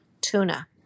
tuna